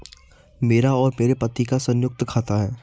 मेरा और मेरे पति का संयुक्त खाता है